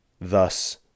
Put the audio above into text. thus